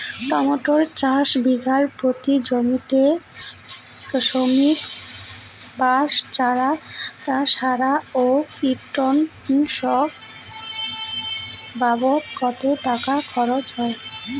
Tomato চাষে বিঘা প্রতি জমিতে শ্রমিক, বাঁশ, চারা, সার ও কীটনাশক বাবদ কত টাকা খরচ হয়?